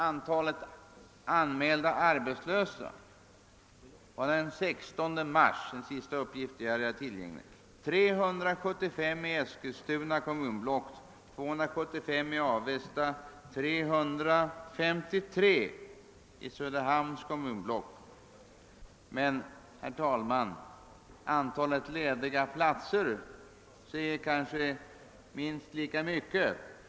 Antalet anmälda arbetslösa den 16 mars — enligt den senaste uppgift jag har tillgänglig — var 375 i Eskilstuna kommunblock, 275 i Avesta och 353 i Söderhamns kommunblock. Men, herr talman, antalet 1ediga platser säger kanske mer.